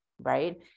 right